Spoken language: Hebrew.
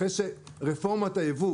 אחרי שרפורמת היבוא,